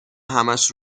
همش